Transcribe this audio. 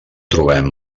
trobem